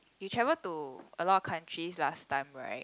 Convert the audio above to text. you travel to a lot of countries last time right